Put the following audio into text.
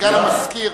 סגן המזכיר